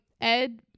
Ed